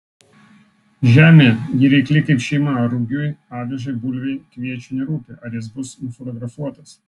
žemė ji reikli kaip šeima rugiui avižai bulvei kviečiui nerūpi ar jis bus nufotografuotas